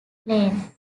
plain